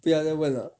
不要再问了